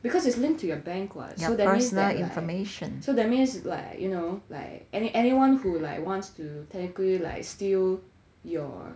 because it's linked to your bank [what] so that means like so that means like you know like any~ anyone who like wants to technically steal your